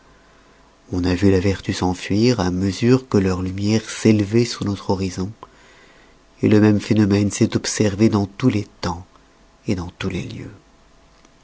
on a vu la vertu s'enfuir à mesure que leur lumière s'élevoit sur notre horizon le même phénomène s'est observé dans tous les tems dans tous les lieux